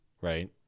right